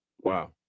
Wow